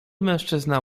mężczyzna